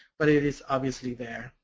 but it is obviously there.